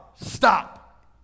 Stop